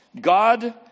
God